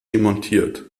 demontiert